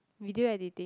video editing